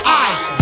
eyes